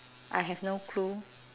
I have no clue